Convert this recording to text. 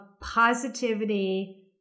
positivity